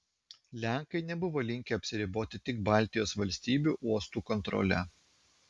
lenkai nebuvo linkę apsiriboti tik baltijos valstybių uostų kontrole